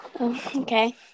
Okay